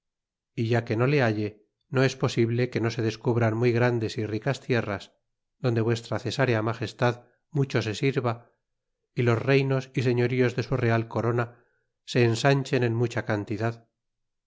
y ya que no se halle no es posible que no se descubran muy grandes y ricas t erras donde vuestra cesárea illagestad mucho se sirva y los reynos y sello ríos de su real corona se ensanchen en mucha cantidad